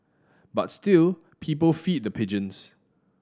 but still people feed the pigeons